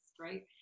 right